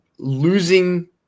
Losing